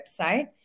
website